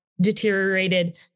deteriorated